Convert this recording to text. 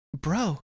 bro